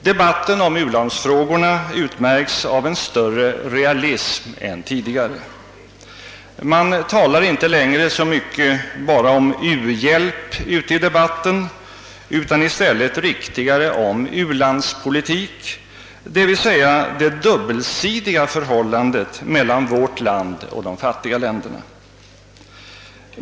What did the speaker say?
Debat ten om u-landsfrågorna utmärks av en större realism. Man talar inte längre så mycket bara om u-bjälp i debatten utan i stället riktigare om u-landspolitik, d.v.s. "det dubbelsidiga förhållandet mellan vårt land och de fattiga länderna.